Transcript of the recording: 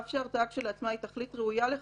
אף שההרתעה לכשעצמה היא תכלית ראויה לחקיקה,